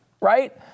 right